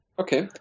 Okay